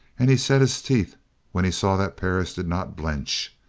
and he set his teeth when he saw that perris did not blench.